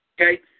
Okay